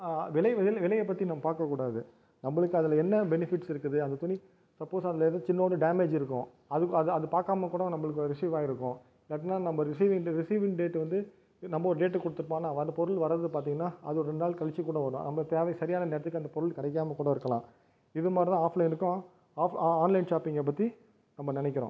விலை விலையை பற்றி நாம் பார்க்கக்கூடாது நம்மளுக்கு அதில் என்ன பெனிஃபிட்ஸ் இருக்குது அந்த துணி சப்போஸ் அதில் எதும் சின்னோண்டு டேமேஜ் இருக்கும் அது அது அது பார்க்காம கூட நம்மளுக்கு ரிசீவ் ஆகிருக்கும் இல்லாட்டினால் நம்ம ரிசிவிங் ரிசிவிங் டேட் வந்து நம்ப ஒரு டேட் கொடுத்துருப்பான் ஆனால் வந் பொருள் வரது பார்த்திங்கன்னா அது ஒரு ரெண்டு நாள் கழித்து கூட வரும் நம்ம தேவை சரியான நேரத்துக்கு அந்த பொருள் கிடைக்காம கூட இருக்கலாம் இது மாதிரி தான் ஆஃப்லைனுக்கும் ஆஃப் ஆன்லைன் ஷாப்பிங்கை பற்றி நம்ம நினைக்கிறோம்